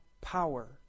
power